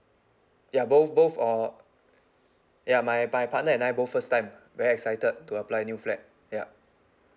ya both both uh ya my my partner and I both first time very excited to apply new flat yup